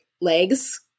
legs